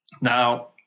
Now